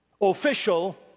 official